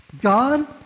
God